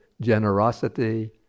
generosity